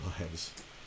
lives